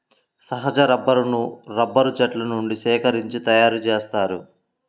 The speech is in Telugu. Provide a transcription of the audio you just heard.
సహజ రబ్బరును రబ్బరు చెట్ల నుండి సేకరించి తయారుచేస్తారు